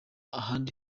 ahandi